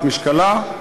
את משקלה,